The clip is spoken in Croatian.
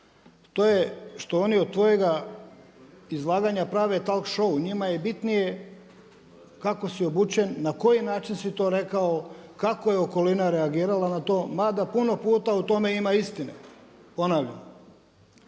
to je što oni od tvojega izlaganja prave talk show. Njima je bitnije kako si obučen, na koji način si to rekao, kao je okolina reagirala na to ma da puno puta u tome ima istine, ponavljam.